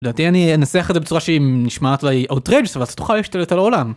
לדעתי אני אנסח את זה בצורה שהיא נשמעת לה אוטראג'ס אבל זה תוכל להשתלט על העולם.